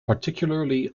particularly